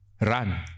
run